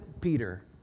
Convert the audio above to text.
Peter